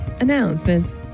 Announcements